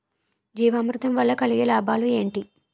జీవామృతం వల్ల కలిగే లాభాలు ఏంటి?